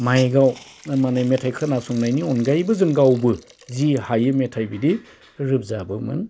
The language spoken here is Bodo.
माइकआव मेथाइ खोनासंनायनि अनगायैबो जों गावबो जि हायो मेथाइ बिदि रोजाबोमोन